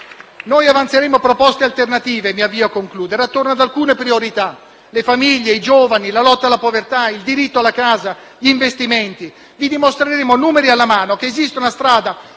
noi avanzeremo proposte alternative attorno ad alcune priorità: le famiglie, i giovani, la lotta alla povertà, il diritto alla casa, gli investimenti. Vi dimostreremo, numeri alla mano, che esiste una strada